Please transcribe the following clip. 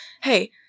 hey